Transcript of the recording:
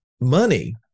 Money